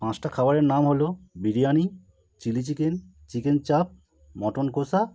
পাঁচটা খাবারের নাম হলো biryani chilli chicken chicken chaap mutton কষা